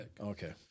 Okay